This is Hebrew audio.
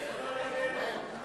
התש"ע 2009,